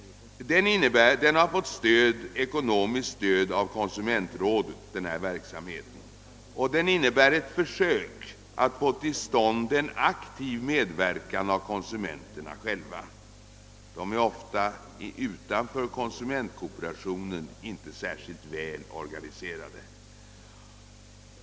Denna verksamhet har fått ekonomiskt stöd av konsumentrådet, och den innebär ett försök att få till stånd en aktiv medverkan av konsumenterna själva. De är ofta, utanför konsumentkooperationen, inte särskilt väl organiserade.